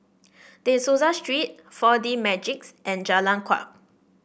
De Souza Street Four D Magix and Jalan Kuak